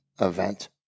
event